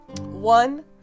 One